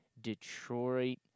Detroit